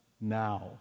now